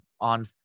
on